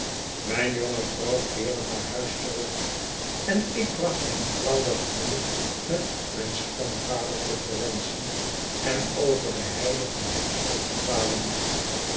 mijn jonge vrouw keerde naar huis terug en ik bracht mijn trouwdag door met mijn schoonvader te verwenschen en over de heide van hampstead te dwalen